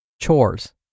chores